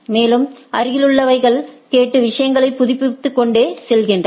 மேலும் அருகிலுள்ளவைகள் கேட்டு விஷயங்களை புதுப்பித்துக்கொண்டே செல்கிறார்கள்